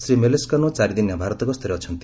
Shri Melescanu ଚାରିଦିନିଆ ଭାରତ ଗସ୍ତରେ ଅଛନ୍ତି